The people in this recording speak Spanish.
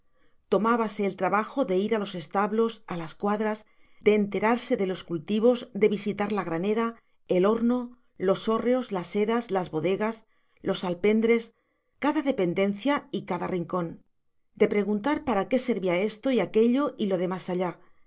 pazos tomábase el trabajo de ir a los establos a las cuadras de enterarse de los cultivos de visitar la granera el horno los hórreos las eras las bodegas los alpendres cada dependencia y cada rincón de preguntar para qué servía esto y aquello y lo de más allá